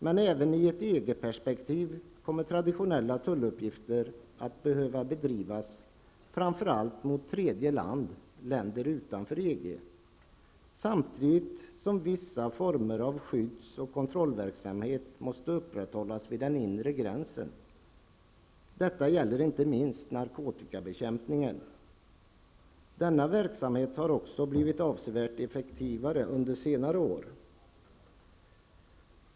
Men även i ett EG-perspektiv kommer traditionella tulluppgifter att behöva bedrivas framför allt mot tredje land, länder utanför EG. Samtidigt måste vissa former av skydds och kontrollverksamhet upprätthållas vid de ''inre gränserna''. Detta gäller inte minst narkotikabekämpningen. Denna verksamhet har blivit avsevärt effektivare under senare år.